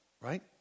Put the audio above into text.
right